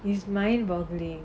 is mind boggling